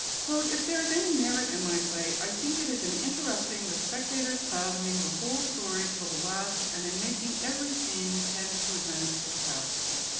if there is any merit in my play, i think it is in interrupting the spectators fathoming the whole story till the last and in making every scene tend to advance the catastrophe.